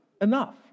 Enough